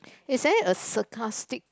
is there a sarcastic